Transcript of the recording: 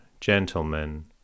gentlemen